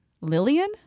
Lillian